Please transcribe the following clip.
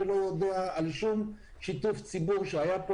אני כראש עיר לא יודע על שום שיתוף ציבור שהיה פה.